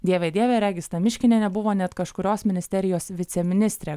dieve dieve regis ta miškinienė buvo net kažkurios ministerijos viceministrė